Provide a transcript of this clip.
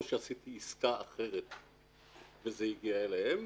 או שעשיתי עסקה אחרת וזה הגיע אליהם